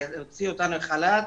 הוציאו אותנו לחל"ת.